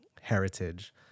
heritage